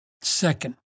Second